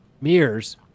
mirrors